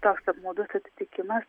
toks apmaudus atsitikimas